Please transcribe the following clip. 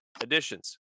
additions